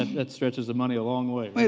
that stretches the money a long way.